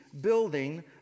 building